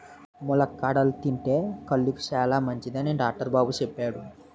ములక్కాడలు తింతే కళ్ళుకి సాలమంచిదని డాక్టరు బాబు సెప్పాడు